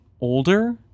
older